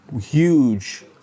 huge